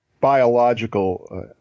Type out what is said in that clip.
biological